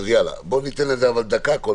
אז בוא ניתן לזה דקה לכל